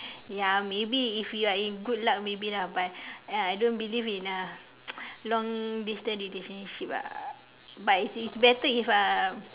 ya maybe if you are in good luck maybe lah but I don't believe in a long distance relationship ah but it's it's better if uh